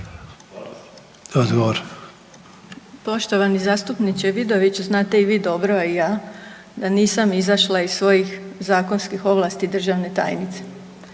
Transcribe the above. (HDZ)** Poštovani zastupniče Vidović, znate i vi dobro a i ja da nisam izašla iz svojih zakonskih ovlasti državne tajnice.